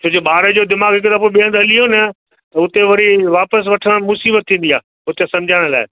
छो जो ॿार जो दिमाग़ु हिकु दफ़ो ॿिए हंधु हली वियो न त हुते वरी वापसि वठणु मुसीबत थींदी आहे हुते सम्झाइण लाइ